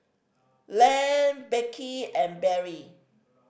Lan Beckie and Berry